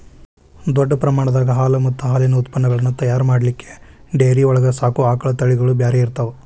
ದೊಡ್ಡ ಪ್ರಮಾಣದಾಗ ಹಾಲು ಮತ್ತ್ ಹಾಲಿನ ಉತ್ಪನಗಳನ್ನ ತಯಾರ್ ಮಾಡ್ಲಿಕ್ಕೆ ಡೈರಿ ಒಳಗ್ ಸಾಕೋ ಆಕಳ ತಳಿಗಳು ಬ್ಯಾರೆ ಇರ್ತಾವ